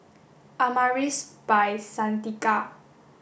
Amaris By Santika